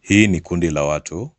Hii ni kundi la watu,